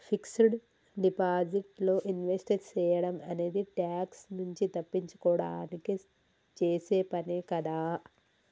fixed deposit లో invest సేయడం అనేది ట్యాక్స్ నుంచి తప్పించుకోడానికి చేసే పనే కదా